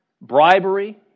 bribery